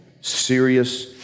Serious